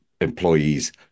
Employees